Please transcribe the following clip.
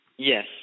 Yes